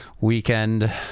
Weekend